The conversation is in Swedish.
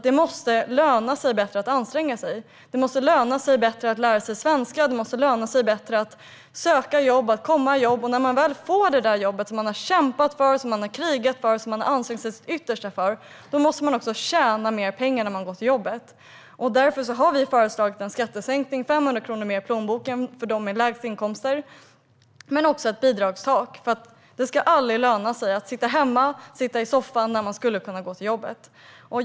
Det måste löna sig bättre att anstränga sig. Det måste löna sig bättre att lära sig svenska. Det måste löna sig bättre att söka jobb och att komma i arbete. När man väl får det där jobbet, som man har kämpat, krigat och ansträngt sig till sitt yttersta för, måste man också tjäna mer pengar när man går till jobbet. Därför har vi föreslagit en skattesänkning som skulle ge 500 kronor mer i plånboken för dem med lägst inkomster. Vi har även föreslagit ett bidragstak, för det ska aldrig löna sig att sitta hemma i soffan när man skulle kunna gå till jobbet.